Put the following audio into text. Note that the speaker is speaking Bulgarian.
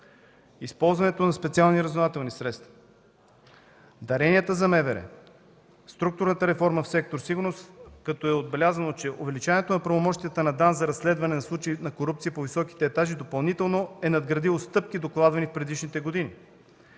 използването на специални разузнавателни средства, даренията за МВР, структурната реформа в сектор „Сигурност”, като е отбелязано, че увеличението на правомощията на ДАНС за разследване на случаи на корупция по високите етажи на властта допълнително е надградило стъпки, докладвани в предишните години.